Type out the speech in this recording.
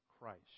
Christ